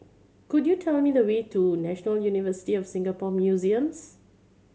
could you tell me the way to National University of Singapore Museums